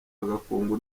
agakungu